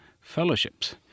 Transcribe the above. fellowships